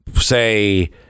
say